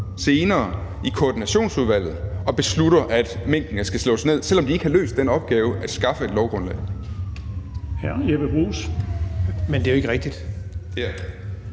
senere i koordinationsudvalget og beslutter, at minkene skal slås ned, selv om de ikke har løst den opgave at skaffe et lovgrundlag. Kl. 16:34 Den fg. formand (Erling